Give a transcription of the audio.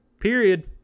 period